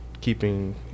keeping